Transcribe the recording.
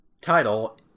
Title